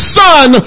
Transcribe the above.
son